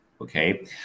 Okay